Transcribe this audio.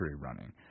running